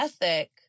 ethic